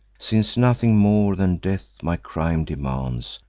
since nothing more than death my crime demands,